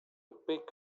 pick